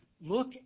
Look